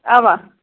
اَوا